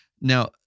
Now